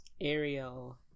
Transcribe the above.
Ariel